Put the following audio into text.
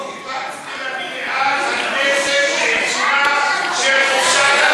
"הוקפצתי למליאת הכנסת בעיצומה של חופשת הלידה,